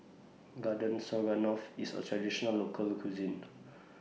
Garden Stroganoff IS A Traditional Local Cuisine